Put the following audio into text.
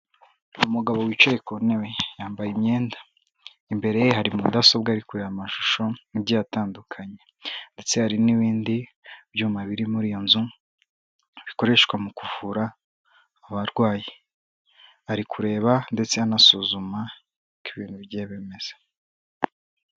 Umugabo wicaye ku ntebe yambaye imyenda, imbere ye hari mudasobwa arimo kureba amashusho, agiye atandukanye, ndetse hari n'ibindi byuma biri muri iyo nzu, bikoreshwa mu kuvura abarwayi, ari kureba ndetse anasuzuma ko ibintu bye bimeze.